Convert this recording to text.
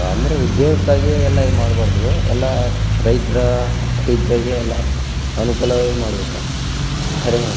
ಅಂದರೆ ಉದ್ಯೋಗಕ್ಕಾಗಿ ಎಲ್ಲ ಏನ್ಮಾಡಬಾರದು ಎಲ್ಲ ರೈತರ ರೀತಿಯಾಗಿ ಎಲ್ಲ ಅನುಕೂಲವೇ ಮಾಡಬೇಕು ಆದ್ರೇ